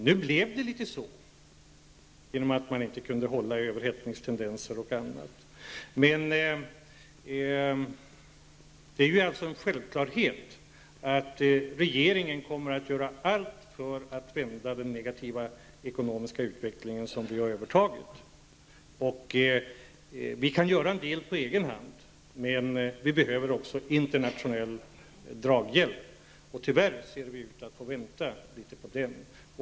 Nu blev det litet så genom att man inte kunde hålla överhettningstendenserna nere, men det är en självklarhet att regeringen kommer att göra allt för att vända den negativa ekonomiska utveckling som vi har övertagit. Vi kan göra en del på egen hand, men vi behöver också internationell draghjälp. Tyvärr ser vi ut att få vänta litet på den.